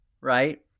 right